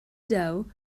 dough